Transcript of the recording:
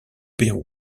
pérou